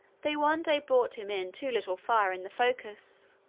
they one day brought him in too little fire in the focus.